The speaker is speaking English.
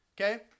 okay